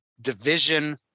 division